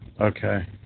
Okay